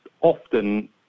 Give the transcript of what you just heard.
often